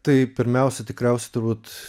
tai pirmiausia tikriausiai turbūt